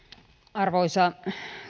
arvoisa